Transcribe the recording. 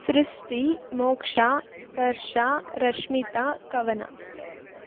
ಸೃಷ್ಟಿ ಮೋಕ್ಷ ಸ್ಪರ್ಶ ರಶ್ಮಿತ ಕವನ